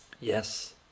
Yes